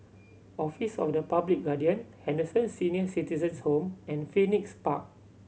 Office of the Public Guardian Henderson Senior Citizens' Home and Phoenix Park